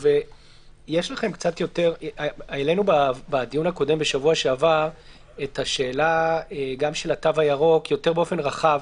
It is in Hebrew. העלינו בדיון הקודם בשבוע שעבר את השאלה של התו הירוק יותר באופן רחב,